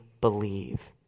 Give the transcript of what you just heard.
believe